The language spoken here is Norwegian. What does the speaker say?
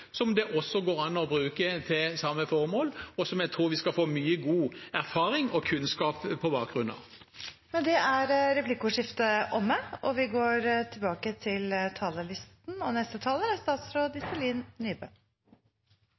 som det også går an å bruke til samme formål, og som jeg tror vi skal få mye god erfaring og kunnskap på bakgrunn av. Replikkordskiftet er omme. Veien tilbake til hverdagen kommer til å bli lang, og